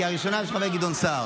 כי ההצבעה הראשונה הייתה של גדעון סער.